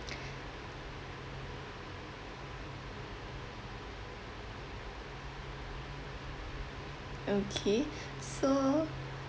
okay so